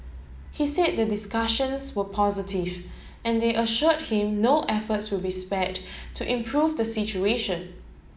he said the discussions were positive and they assured him no efforts will be spared to improve the situation